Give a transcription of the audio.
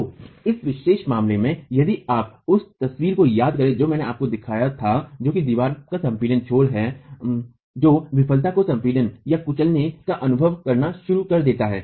तो इस विशेष मामले में यदि आप उस तस्वीर को याद करते हैं जो मैंने आपको दिखाया था जो कि दीवार का संपीड़ित छोर है जो विफलता को संपीडनकुचलना का अनुभव करना शुरू कर देता है